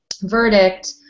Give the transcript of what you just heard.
verdict